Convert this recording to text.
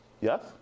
yes